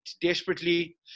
desperately